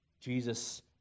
Jesus